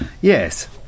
Yes